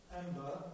amber